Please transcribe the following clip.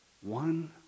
one